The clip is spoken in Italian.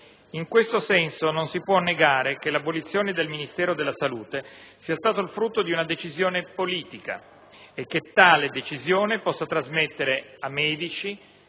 In questo senso, non si può negare che l'abolizione del Ministero della salute sia stato il frutto di una decisione politica e che tale decisione possa trasmettere a medici,